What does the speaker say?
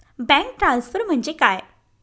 Bank transfer म्हणजे काय?